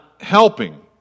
helping